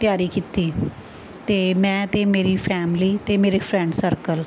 ਤਿਆਰੀ ਕੀਤੀ ਅਤੇ ਮੈਂ ਅਤੇ ਮੇਰੀ ਫੈਮਿਲੀ ਅਤੇ ਮੇਰੇ ਫ੍ਰੈਂਡ ਸਰਕਲ